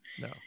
No